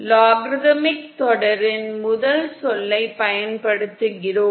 logarithmic தொடரின் முதல் சொல்லைப் பயன்படுத்துகிறோம்